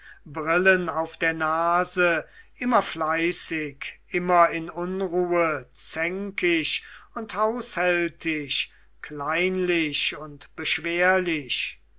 brillen auf der nase immer fleißig immer in unruhe zänkisch und haushältisch kleinlich und beschwerlich